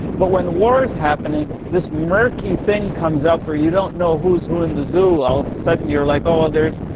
but when war is happening, this murky thing comes up where you don't know who is who in the zoo and all of a sudden, you're like, oh well, there is,